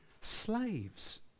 slaves